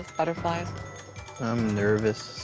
butterflies. i'm nervous.